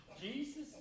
Jesus